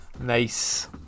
nice